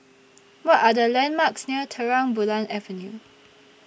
What Are The landmarks near Terang Bulan Avenue